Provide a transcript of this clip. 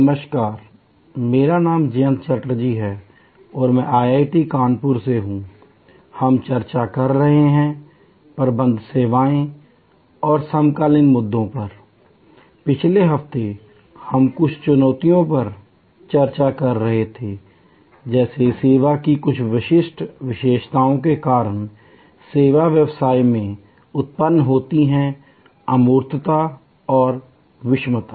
नमस्कार मेरा नाम जयंत चटर्जी है और मैं आईआईटी कानपुर से हूँ हम चर्चा कर रहे हैं प्रबंध सेवाएँ और समकालीन मुद्दे l पिछले हफ्ते हम कुछ चुनौतियों पर चर्चा कर रहे थे सेवा की कुछ विशिष्ट विशेषताओं के कारण सेवा व्यवसाय में उत्पन्न होती हैं अमूर्तता और विषमता